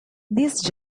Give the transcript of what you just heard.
these